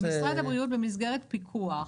ומשרד הבריאות במסגרת הפיקוח,